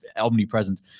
omnipresent